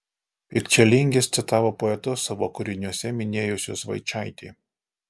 pikčilingis citavo poetus savo kūriniuose minėjusius vaičaitį